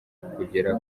kugera